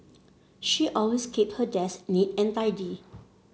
she always keep her desk neat and tidy